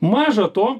maža to